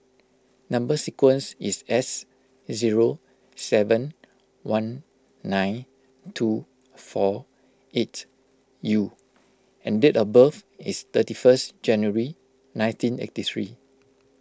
Number Sequence is S zero seven one nine two four eight U and date of birth is thirty first January nineteen eighty three